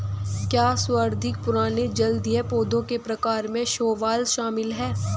क्या सर्वाधिक पुराने जलीय पौधों के प्रकार में शैवाल शामिल है?